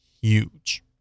huge